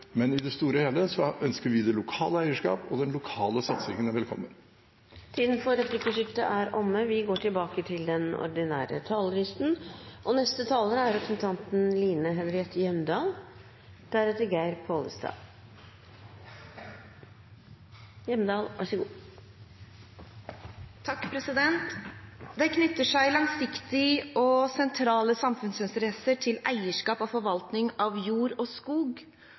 men i det store og hele ønsker vi det lokale eierskapet og den lokale satsingen velkommen. Replikkordskiftet er omme. Det knytter seg langsiktige og sentrale samfunnsinteresser til eierskap og forvaltning av jord og skog.